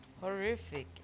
horrific